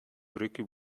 brücke